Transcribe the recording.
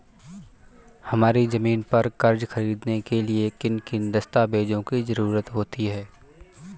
हमारी ज़मीन पर कर्ज ख़रीदने के लिए किन किन दस्तावेजों की जरूरत होती है?